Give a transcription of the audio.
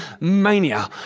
mania